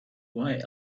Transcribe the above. why